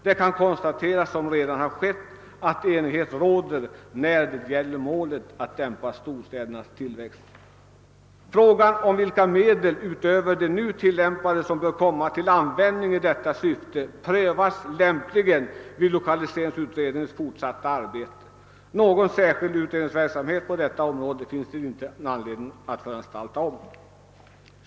Det kan konstateras — det har redan gjorts — att enighet råder när det gäller målet, nämligen att dämpa storstädernas tillväxt. Frågan vilka medel utöver de nu tillämpade som bör komma till användning i detta syfte prövas lämpligen vid lokaliseringsutredningens fortsatta arbete. Någon särskild utredningsverksamhet på detta område finns det ingen anledning att föranstalta om.